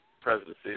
presidency